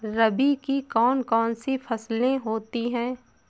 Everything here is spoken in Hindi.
रबी की कौन कौन सी फसलें होती हैं?